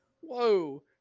whoa